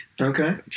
Okay